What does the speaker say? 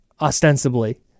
ostensibly